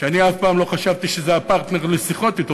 אף פעם לא חשבתי שזה הפרטנר לשיחות אתו.